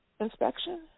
inspection